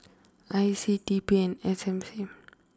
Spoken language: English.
I C T P and S M C